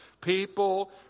People